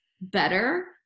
better